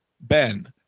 ben